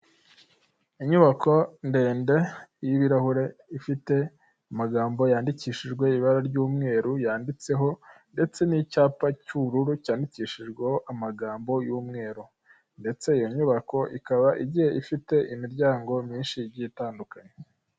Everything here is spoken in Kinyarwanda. Inyubako ndende y'ibirahure ifite amagambo yandikishijwe ibara ry'umweru yanditseho ndetse n'icyapa cy'ubururu cyandikishijweho amagambo y'umweru. Ndetse iyo nyubako ikaba igiye ifite imiryango myinshi igiye itandukanye.